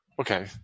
Okay